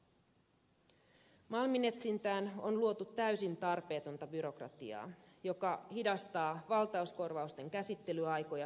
malmin etsintään on luotu täysin tarpeetonta byrokratiaa joka hidastaa valtauskorvausten käsittelyaikoja suhteettomasti